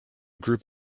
group